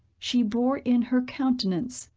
she bore in her countenance,